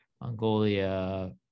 Mongolia